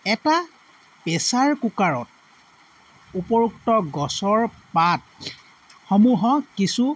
এটা পেচাৰ কুকাৰত উপৰোক্ত গছৰ পাতসমূহক কিছু